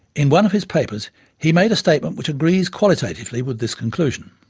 in one of his papers he made a statement which agrees qualitatively with this conclusion.